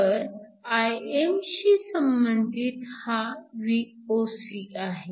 तर Imशी संबंधित हा Vocआहे